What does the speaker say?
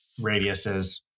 radiuses